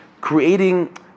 creating